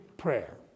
prayer